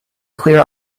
clear